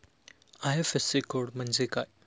IFSC code म्हणजे काय?